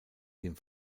dem